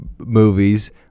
movies